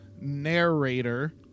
narrator